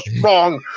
wrong